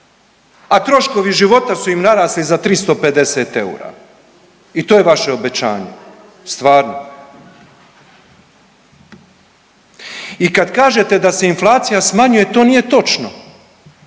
a troškovi života su im narasli za 350 eura i to je vaše obećanje, stvarno? I kad kažete da se inflacija smanjuje to nije točno,